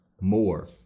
more